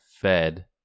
fed